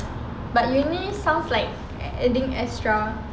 but uni sounds like adding extra